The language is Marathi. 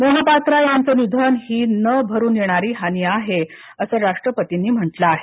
मोहपात्रा यांचं निधन ही न भरून येणारी हानी आहे असं राष्ट्रपतींनी म्हटलं आहे